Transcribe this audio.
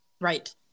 Right